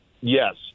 yes